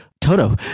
toto